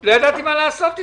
לא ידעתי מה לעשות אתו.